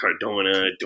Cardona